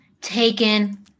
taken